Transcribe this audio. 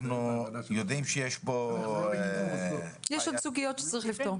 אנחנו יודעים -- יש עוד סוגיות שצריך לפתור,